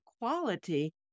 quality